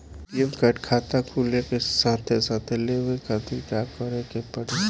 ATM card खाता खुले के साथे साथ लेवे खातिर का करे के पड़ी?